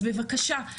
אז בבקשה,